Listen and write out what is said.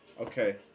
Okay